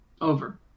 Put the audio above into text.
over